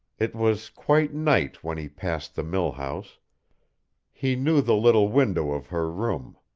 it was quite night when he passed the mill-house he knew the little window of her room.